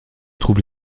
trouve